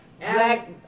black